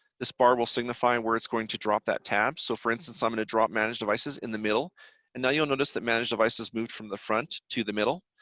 this bar will signify where it's going to drop that tab. so, for instance, i am going to drop manage devices in the middle and now you'll notice that manage devices moved from the front to the middle.